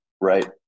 Right